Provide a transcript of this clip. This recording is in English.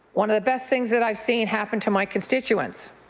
one of the best things that i've seen happen to my constituents.